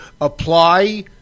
apply